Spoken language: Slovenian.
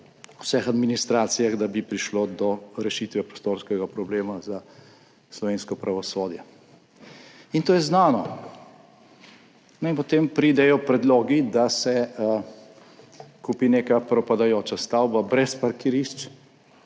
vseh administracijah, da bi prišlo do rešitve prostorskega problema za slovensko pravosodje. In to je znano. In potem pridejo predlogi, da se kupi neka propadajoča stavba brez parkirišč